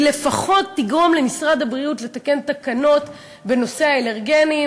היא לפחות תגרום למשרד הבריאות להתקין תקנות בנושא האלרגנים.